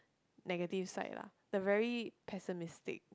negative side lah the very pessimistic